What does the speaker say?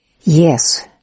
Yes